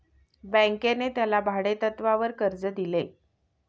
बँकेने त्याला भाडेतत्वावर कर्ज दिले